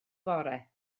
bore